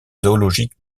zoologique